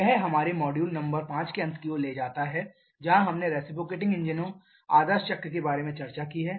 यह हमें हमारे मॉड्यूल नंबर 5 के अंत की ओर ले जाता है जहां हमने रिसिप्रोकेटिंग इंजनों आदर्श चक्र के बारे में चर्चा की है